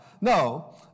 No